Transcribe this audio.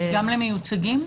גם למיוצגים?